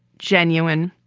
genuine,